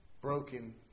Broken